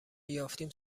یافتیم